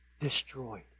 destroyed